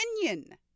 opinion